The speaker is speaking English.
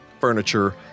furniture